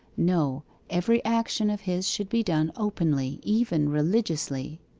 no every action of his should be done openly even religiously.